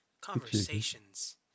conversations